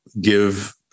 give